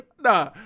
Nah